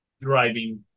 driving